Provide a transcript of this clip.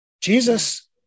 Jesus